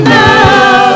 now